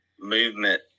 movement